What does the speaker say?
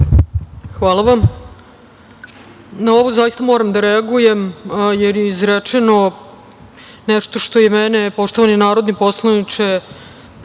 Hvala vam. Na ovo zaista moram da reagujem, jer je izrečeno nešto što je mene, poštovani narodni poslaniče,